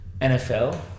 nfl